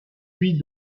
puis